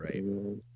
Right